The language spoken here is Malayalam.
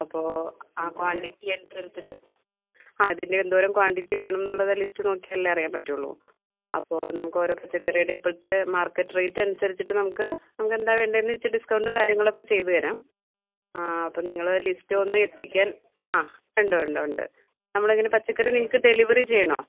അപ്പോൾ ആ ക്വാണ്ടിറ്റി അനുസരിച്ചിട്ട് ആ അതിൽ എന്തോരം ക്വാണ്ടിറ്റി വേണോന്നുള്ളത് ലിസ്റ്റ് നോക്കിയാലല്ലേ അറിയാൻ പറ്റുവൊള്ളു അപ്പോൾ നമുക്കോരോ പച്ചക്കറീടേം ഇപ്പോഴത്തെ മാർക്കറ്റ് റേറ്റനുസരിച്ചിട്ട് നമുക്ക് നമ്മക്കെന്താ വേണ്ടേന്ന് വെച്ചാൽ ഡിസ്കൗണ്ടും കാര്യങ്ങളൊക്കെ ചെയ്ത് തരാം ആ അപ്പം നിങ്ങൾ ലിസ്റ്റൊന്നെത്തിക്കാൻ ആ ഉണ്ട് ഉണ്ട് ഉണ്ട് നമ്മളെങ്ങനെ പച്ചക്കറി നിങ്ങൾക്ക് ഡെലിവെറി ചെയ്യണോ